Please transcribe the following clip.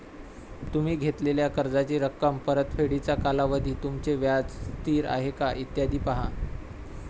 तुम्ही घेतलेल्या कर्जाची रक्कम, परतफेडीचा कालावधी, तुमचे व्याज स्थिर आहे का, इत्यादी पहा